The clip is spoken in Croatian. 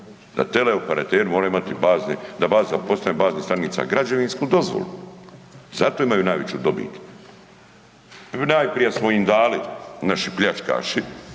da teleoperateri moraju imati bazne, da bazne postaje, baznih stanica građevinsku dozvolu, zato imaju najveću dobit. Najprije smo im dali, naši pljačkaši